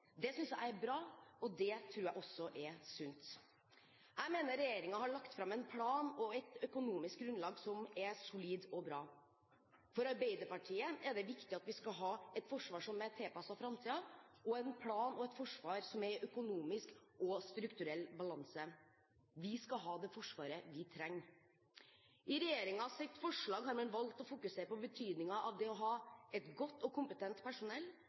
Det synes jeg er bra, og det tror jeg også er sunt. Jeg mener regjeringen har lagt fram en plan og et økonomisk grunnlag som er solid og bra. For Arbeiderpartiet er det viktig at vi skal ha et forsvar som er tilpasset framtiden, og en plan og et forsvar som er i økonomisk og strukturell balanse. Vi skal ha det Forsvaret vi trenger. I regjeringens forslag har man valgt å fokusere på betydningen av det å ha et godt og kompetent personell.